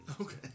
Okay